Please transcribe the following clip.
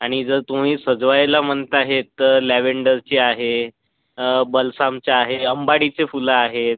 आणि जर तुमी सजवायला म्हणत आहे तर लॅवेंडरची आहे बल्सामची आहे अंबाडीचे फुलं आहेत